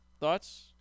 Thoughts